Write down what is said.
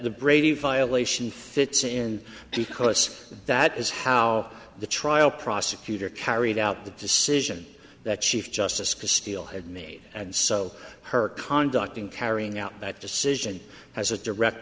the brady violation fits in because that is how the trial prosecutor carried out the decision that chief justice christi all had made and so her conduct in carrying out that decision has a direct